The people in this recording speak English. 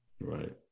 Right